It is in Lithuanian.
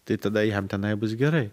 tai tada jam tenai bus gerai